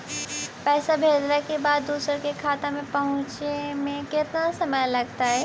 पैसा भेजला के बाद दुसर के खाता में पहुँचे में केतना समय लगतइ?